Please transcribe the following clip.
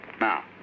Now